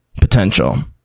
potential